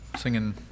singing